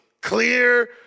clear